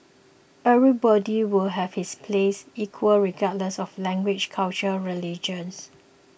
everybody would have his place equal regardless of language culture religions